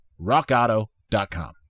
rockauto.com